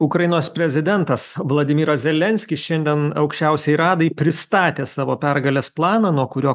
ukrainos prezidentas vladimyras zelenskis šiandien aukščiausiajai radai pristatė savo pergalės planą nuo kurio